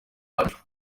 wacu